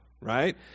right